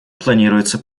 планируется